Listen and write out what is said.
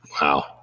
Wow